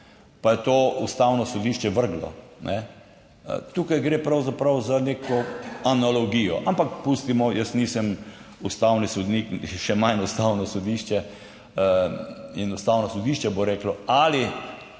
pa je to Ustavno sodišče vrglo. Tu gre pravzaprav za neko analogijo, ampak pustimo, jaz nisem ustavni sodnik, še manj Ustavno sodišče. In Ustavno sodišče bo reklo, ali